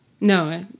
No